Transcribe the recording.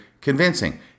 convincing